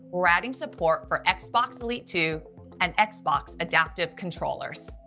we're adding support for xbox xbox elite two and xbox adaptive controllers.